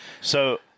So-